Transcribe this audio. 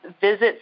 visits